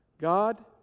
God